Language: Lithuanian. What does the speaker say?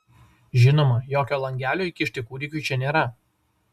žinoma jokio langelio įkišti kūdikiui čia nėra